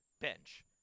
bench